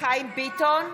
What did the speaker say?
חיים ביטון,